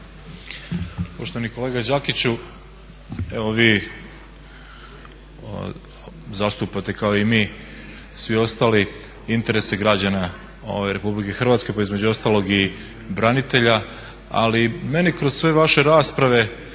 Poštovani kolega Đakiću, evo vi zastupate kao i mi svi ostali interese građana ove RH pa između ostalog i branitelja. Ali meni kroz sve vaše rasprave